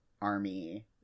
army